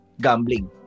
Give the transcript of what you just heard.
gambling